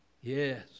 Yes